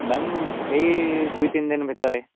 ma'am ଏଇ ଦୁଇ ତିନି ଦିନ ଭିତରେ